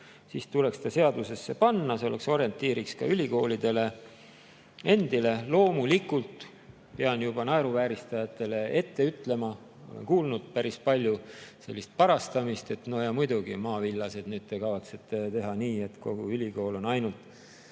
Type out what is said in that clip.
siis tuleks see seadusesse panna. See oleks orientiiriks ka ülikoolidele endile. Loomulikult pean naeruvääristajatele juba ette ütlema – ma olen kuulnud päris palju sellist parastamist, et no muidugi, maavillased, nüüd te kavatsete teha nii, et kogu ülikool on ainult